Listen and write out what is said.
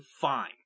fine